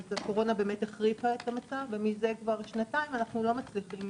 אז הקורונה באמת החריפה את המצב ומזה כבר שנתיים אנחנו לא מצליחים